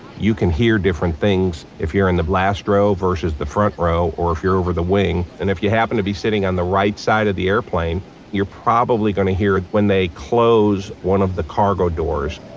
you can hear different things if you're in the last row versus the front row or if you're over the wing and if you happen to be sitting on the right side of the airplane you're probably going hear when they close one of the cargo doors.